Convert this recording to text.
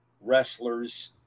wrestlers